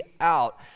out